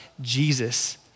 Jesus